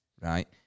right